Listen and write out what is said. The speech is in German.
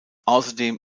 außerdem